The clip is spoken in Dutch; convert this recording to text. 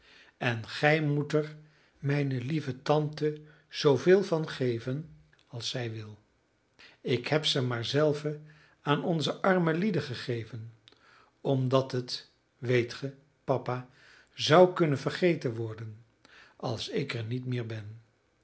en gij moet er mijn lieve tante zooveel van geven als zij wil ik heb ze maar zelve aan onze arme lieden gegeven omdat het weet ge papa zou kunnen vergeten worden als ik er niet meer ben